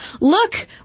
look